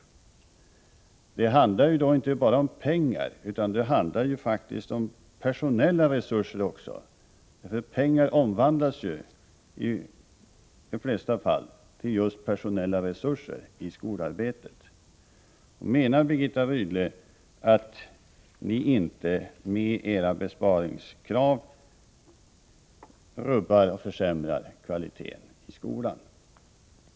Det handlar ju inte bara om pengar, utan det handlar faktiskt också om personella resurser. Pengar omvandlas ju i de flesta fall till personella resurser i skolarbetet. Menar Birgitta Rydle att ni med era besparingskrav inte rubbar och försämrar kvaliteten i skolan?